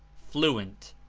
fluent,